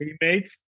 teammates